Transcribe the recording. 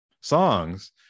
songs